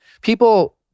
people